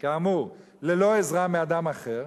כאמור ללא עזרה מאדם אחר,